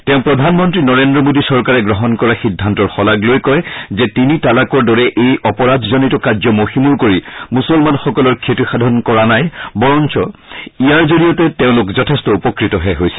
তেওঁ প্ৰধানমন্ত্ৰী নৰেন্দ্ৰ মোদী চৰকাৰে গ্ৰহণ কৰা সিদ্ধান্তৰ শলাগ লৈ কয় যে তিনি তালাকৰ দৰে এই অপৰাধজনিত কাৰ্য মষিমূৰ কৰি মূছলমানসকলৰ ক্ষতিসাধন কৰা নাই বৰঞ্চ ইয়াৰ জৰিয়তে তেওঁলোক যথেষ্ট উপকৃতহে হৈছে